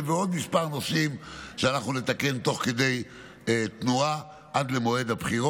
ויש עוד מספר נושאים שאנחנו נתקן תוך כדי תנועה עד למועד הבחירות.